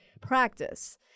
practice